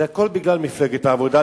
זה הכול בגלל מפלגת העבודה.